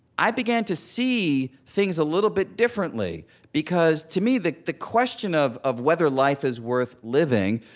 i began to see things a little bit differently because, to me, the the question of of whether life is worth living,